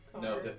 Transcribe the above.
No